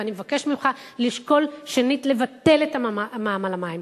ואני אבקש ממך לשקול שנית לבטל את המע"מ על המים,